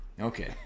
Okay